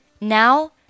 Now